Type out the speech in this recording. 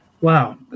wow